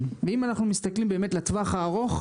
ואם אנחנו מסתכלים באמת לטווח הארוך,